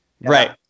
Right